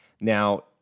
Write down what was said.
Now